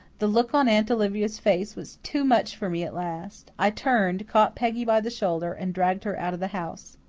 the look on aunt olivia's face was too much for me at last. i turned, caught peggy by the shoulder and dragged her out of the house.